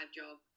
job